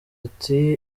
ati